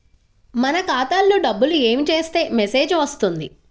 మన ఖాతాలో డబ్బులు ఏమి చేస్తే మెసేజ్ వస్తుంది?